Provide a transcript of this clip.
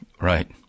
Right